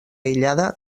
aïllada